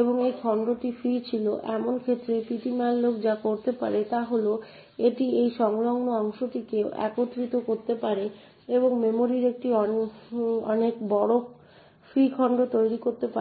এবং এই খণ্ডটিও ফ্রি ছিল এমন ক্ষেত্রে ptmalloc যা করতে পারে তা হল এটি এই সংলগ্ন অংশগুলিকে একত্রিত করতে পারে এবং মেমরির একটি অনেক বড় ফ্রি খণ্ড তৈরি করতে পারে